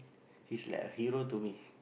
he's like a hero to me